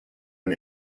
and